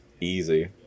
easy